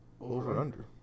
Over/under